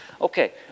Okay